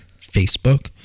Facebook